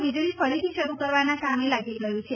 વીજળી કરીથી શરૂ કરવાના કામે લાગી ગયું છે